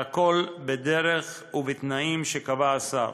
והכול בדרך ובתנאים שקבע השר.